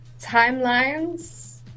timelines